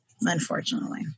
Unfortunately